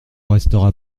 restera